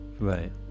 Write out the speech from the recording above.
Right